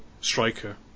striker